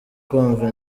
kumva